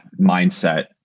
mindset